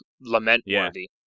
lament-worthy